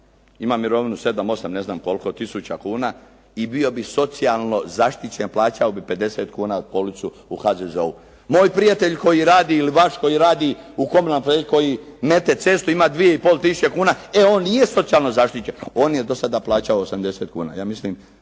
imam mirovinu 7, 8 ne znam kolko tisuća kuna i bio bih socijalno zaštićen, plaćao bih 50 kuna policu u HZZO-u. Moj prijatelj koji radi ili vaš koji radi u komunalnom poduzeću, koji mete cestu ima 2500 kuna, on nije socijalno zaštićen, on je do sada plaćao 80 kuna.